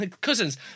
Cousins